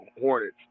Hornets